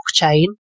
blockchain